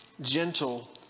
gentle